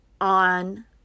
on